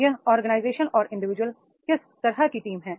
यह ऑर्गेनाइजेशन और इंडिविजुअल किस तरह की टीम है